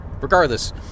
Regardless